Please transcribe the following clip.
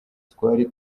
twari